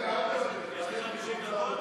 רגע, אל תוותר.